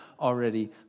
already